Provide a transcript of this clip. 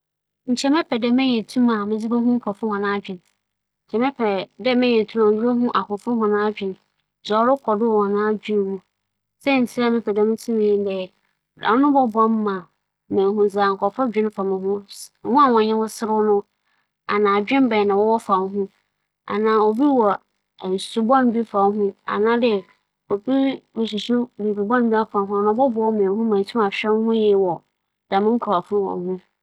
Mebɛpɛ dɛ mebenya tum a medze bɛkenkan nyimpa n'adwen kyɛn dɛ mobotum meenya tum a medze bͻkͻ ekyirkyirkyir. Siantsir nye dɛ, sɛ mutum kenkan nyimpa n'adwen a ͻno onyimpa biara osi m'enyim biara no mutum muhu adwempͻw a ͻwͻ ne tsirmu dɛ ͻwͻ adwen pa anaa adwen bͻn na motwe moho anaa mutum menye no yɛ edwuma anaa yesan. Ntsi ͻno bͻboa m'abrabͻ yie kyɛn dɛ mobotum m'akͻ ekyirkyir koraa.